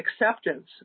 acceptance